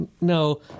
No